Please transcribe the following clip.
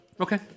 Okay